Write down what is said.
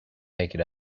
naked